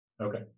Okay